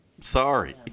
Sorry